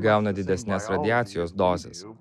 gauna didesnes radiacijos dozes